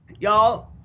Y'all